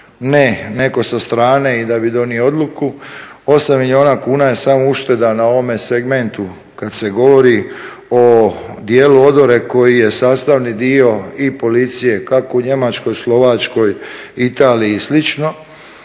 ne netko sa strane i da bi donio odluku, 8 milijuna kuna je samo ušteda na ovome segmentu kad se govori o djelu odore koji je sastavni dio i policije, kako u Njemačkoj, Slovačkoj, Italiji i